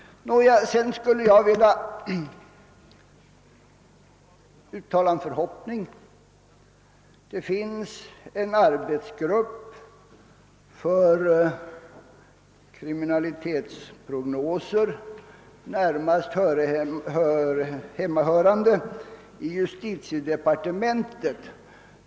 Vidare vill jag uttala en förhoppning. Det finns en arbetsgrupp för kriminalitetsprognoser, närmast hemmahörande i justitiedepartementet.